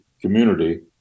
community